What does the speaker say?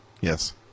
Yes